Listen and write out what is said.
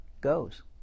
goes